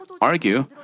argue